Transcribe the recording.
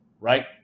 right